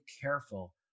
careful